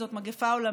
זאת מגפה עולמית.